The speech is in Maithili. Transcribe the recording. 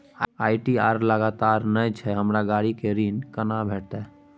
आई.टी.आर लगातार नय छै हमरा गाड़ी के ऋण केना भेटतै?